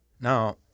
Now